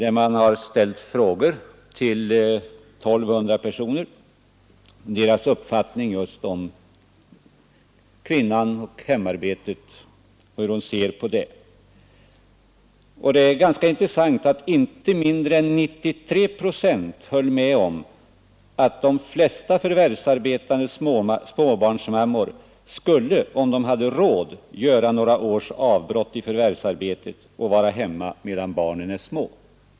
Frågor har ställts till 1 200 personer om deras uppfattning om kvinnan och hemarbetet. Det är ganska intressant att notera att inte mindre än 93 procent höll med om att de flesta förvärvsarbetande småbarnsmammor skulle — om de hade råd — göra några års avbrott i förvärvsarbetet och vara hemma medan barnen är små.